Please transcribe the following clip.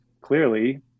clearly